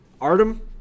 artem